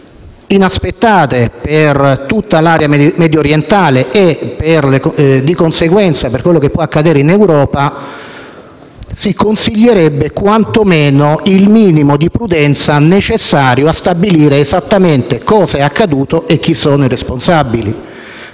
inaspettate per tutta l’area mediorientale e di conseguenza per quello che può accadere in Europa, si consiglierebbe quanto meno il minimo di prudenza necessario a stabilire esattamente cosa è accaduto e chi sono i responsabili.